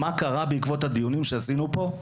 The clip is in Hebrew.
מה קרה בעקבות הדיונים שעשינו פה,